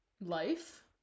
life